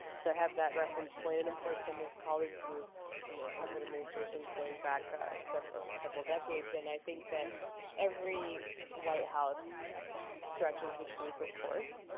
so i have that reference point, and of course i'm with colleagues who have you know covered administrations going back ah several several decades. and i think that every white house stretches the truth of course.